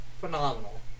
phenomenal